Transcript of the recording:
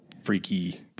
freaky